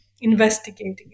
investigating